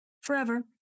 forever